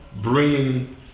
bringing